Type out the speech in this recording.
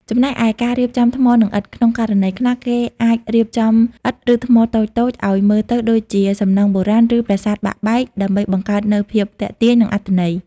ចំណែកឯការរៀបចំថ្មនិងឥដ្ឋ ក្នុងករណីខ្លះ គេអាចរៀបចំឥដ្ឋ ឬថ្មតូចៗឱ្យមើលទៅដូចជាសំណង់បុរាណ ឬប្រាសាទបាក់បែក ដើម្បីបង្កើននូវភាពទាក់ទាញ និងអត្ថន័យ។